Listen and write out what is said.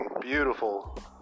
beautiful